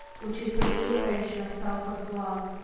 which is the realization of selfless love,